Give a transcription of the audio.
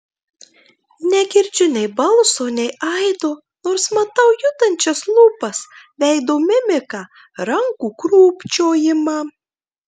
negirdžiu nei balso nei aido nors matau judančias lūpas veido mimiką rankų krūpčiojimą